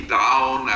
down